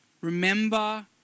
Remember